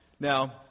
Now